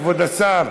כבוד השר,